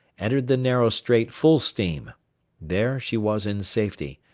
entered the narrow strait full steam there she was in safety,